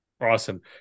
Awesome